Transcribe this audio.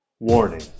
Warning